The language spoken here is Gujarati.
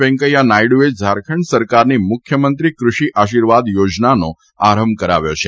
વેંકૈયા નાયડુએ ઝારખંડ સરકારની મુખ્યમંત્રી કૃષિ આશીર્વાદ યોજનાનો આરંભ કરાવ્યો છે